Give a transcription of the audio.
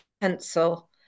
pencil